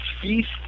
feast